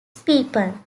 people